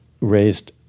raised